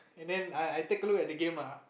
and then I I take a look at the game